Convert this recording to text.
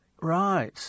Right